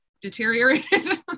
deteriorated